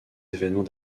événements